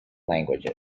language